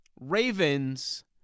Ravens